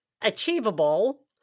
achievable